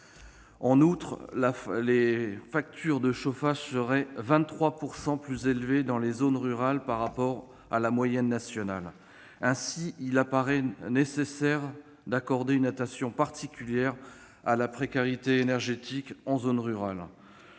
En outre, les factures de chauffage dans les zones rurales seraient supérieures de 23 % à la moyenne nationale. Ainsi, il apparaît nécessaire d'accorder une attention particulière à la précarité énergétique en zone rurale.